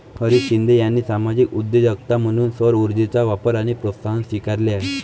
हरीश शिंदे यांनी सामाजिक उद्योजकता म्हणून सौरऊर्जेचा वापर आणि प्रोत्साहन स्वीकारले आहे